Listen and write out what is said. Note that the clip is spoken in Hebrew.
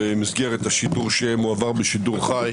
במסגרת השידור שמועבר בשידור חי.